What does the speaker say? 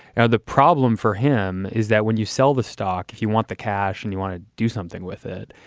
now, the problem for him is that when you sell the stock, if you want the cash and you want to do something with it,